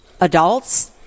adults